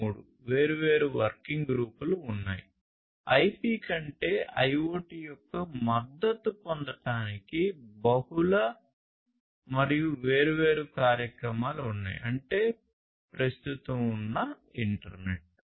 3 వేర్వేరు వర్కింగ్ గ్రూపులు ఉన్నాయి ఐపి కంటే ఐఒటి యొక్క మద్దతును పొందడానికి బహుళ మరియు వేర్వేరు కార్యక్రమాలు ఉన్నాయి అంటే ప్రస్తుతం ఉన్న ఇంటర్నెట్